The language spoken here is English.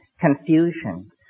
confusion